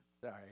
sorry